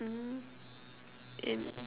mmhmm and